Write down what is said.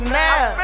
now